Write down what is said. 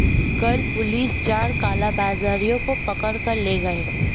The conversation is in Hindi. कल पुलिस चार कालाबाजारियों को पकड़ कर ले गए